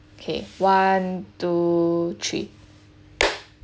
okay one two three